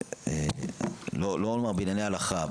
לא אומר בענייני הלכה,